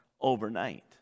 overnight